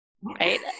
right